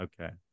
Okay